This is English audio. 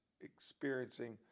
experiencing